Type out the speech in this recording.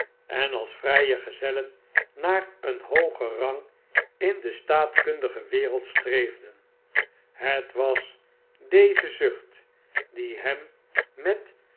en als vrije gezellen naar een hoogen rang in de staatkundige wereld streefden het was deze zucht die hem met